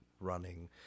running